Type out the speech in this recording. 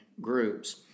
groups